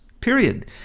period